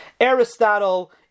Aristotle